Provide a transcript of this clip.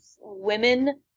women